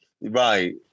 Right